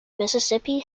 mississippi